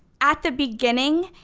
at the beginning,